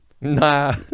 Nah